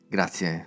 Grazie